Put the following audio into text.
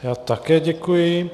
Já také děkuji.